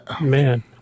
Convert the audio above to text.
Man